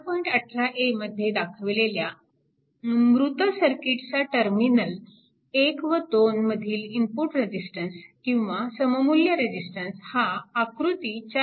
18 a मध्ये दाखवलेल्या मृत सर्किटचा टर्मिनल 1 व 2 मधील इनपुट रेजिस्टन्स किंवा सममुल्य रेजिस्टन्स हा आकृती 4